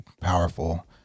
powerful